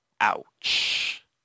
ouch